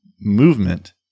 movement